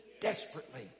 Desperately